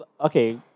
Okay